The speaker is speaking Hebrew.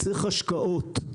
צריך השקעות.